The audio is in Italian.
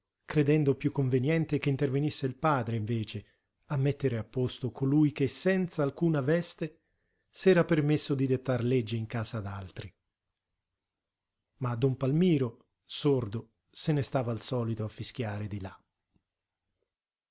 credendo piú conveniente che intervenisse il padre invece a mettere a posto colui che senz'alcuna veste s'era permesso di dettar legge in casa d'altri ma don palmiro sordo se ne stava al solito a fischiare di là